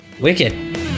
Wicked